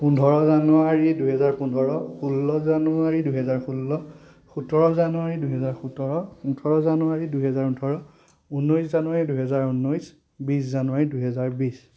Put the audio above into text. পোন্ধৰ জানুৱাৰী দুহেজাৰ পোন্ধৰ ষোল্ল জানুৱাৰী দুহেজাৰ ষোল্ল সোতৰ জানুৱাৰী দুহেজাৰ সোতৰ ওঠৰ জানুৱাৰী দুহেজাৰ ওঠৰ ঊনৈছ জানুৱাৰী দুহেজাৰ ঊনৈছ বিছ জানুৱাৰী দুহেজাৰ বিছ